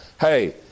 Hey